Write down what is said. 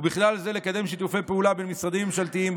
ובכלל זה לקדם שיתופי פעולה בין משרדים ממשלתיים,